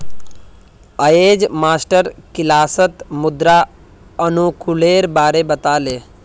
अयेज मास्टर किलासत मृदा अनुकूलेर बारे बता ले